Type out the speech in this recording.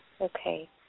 Okay